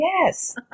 Yes